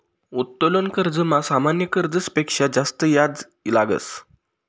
उत्तोलन कर्जमा सामान्य कर्जस पेक्शा जास्त याज लागस